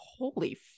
holy